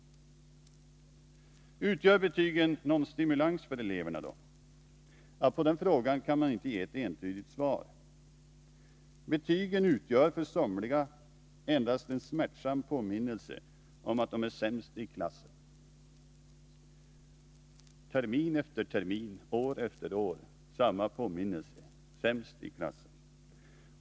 Utgör då betygen någon stimulans för eleverna? På den frågan kan man inte ge ett entydigt svar. Betygen utgör för somliga endast en smärtsam påminnelse om att de är sämst i klassen — termin efter termin, år efter år samma påminnelse: sämst i klassen!